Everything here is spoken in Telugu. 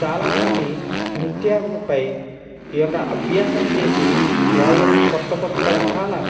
చాలా మంది నృత్యం పై ఈ యొక్క అభ్యాసం చేసి వా యొక్క కొత్త కొత్త రకాల